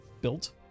built